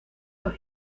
los